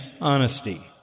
honesty